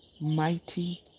mighty